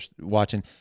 watching